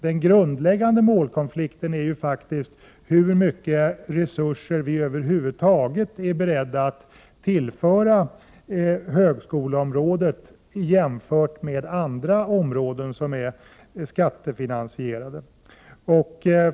Den grundläggande målkonflikten är faktiskt hur stora resurser över huvud taget vi är beredda att tillföra högskoleområdet jämfört med andra områden som är skattefinansierade.